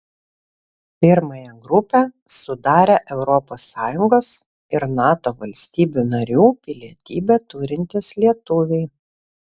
pirmąją grupę sudarę europos sąjungos ir nato valstybių narių pilietybę turintys lietuviai